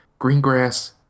Greengrass